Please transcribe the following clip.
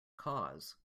cause